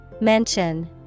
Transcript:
Mention